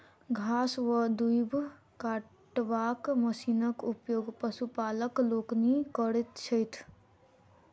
घास वा दूइब कटबाक मशीनक उपयोग पशुपालक लोकनि करैत छथि